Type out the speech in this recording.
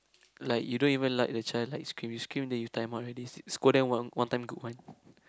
like you don't even like the child like scream scream already you time out already sc~ scold them one one time good one